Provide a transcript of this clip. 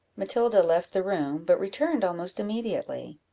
matilda left the room, but returned almost immediately.